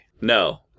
No